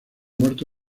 muerto